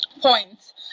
points